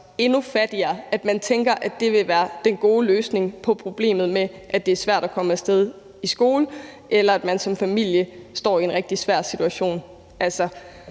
endnu fattigere, og at man tænker, at det vil være den gode løsning på problemet med, at det er svært at komme af sted i skole, eller at man som familie står i en rigtig svær situation.